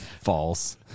False